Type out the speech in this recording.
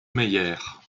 meyère